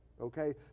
Okay